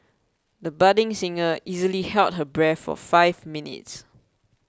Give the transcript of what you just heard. the budding singer easily held her breath for five minutes